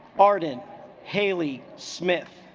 arden hayley smith